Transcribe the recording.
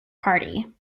party